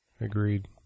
Agreed